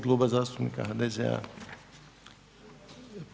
Kluba zastupnika HDZ-a.